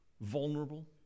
vulnerable